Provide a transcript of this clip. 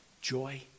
joy